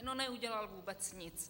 No neudělal vůbec nic.